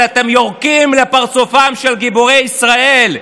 אתם יורקים בפרצופם של גיבורי ישראל.